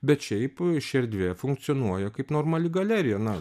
bet šiaip ši erdvė funkcionuoja kaip normali galerija na